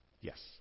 Yes